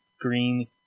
green